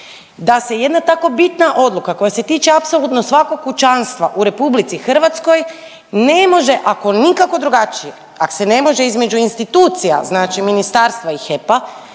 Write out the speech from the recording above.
da se jedna tako bitna odluka koja se tiče apsolutno svakog kućanstva u RH ne može, ako nikako drugačije, ak se ne može između institucija, znači Ministarstva i HEP-a,